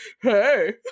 hey